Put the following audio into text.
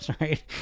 right